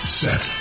set